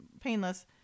painless